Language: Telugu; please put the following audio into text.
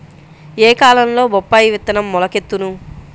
ఏ కాలంలో బొప్పాయి విత్తనం మొలకెత్తును?